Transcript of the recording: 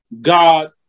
God